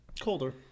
colder